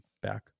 back